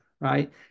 Right